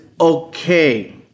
okay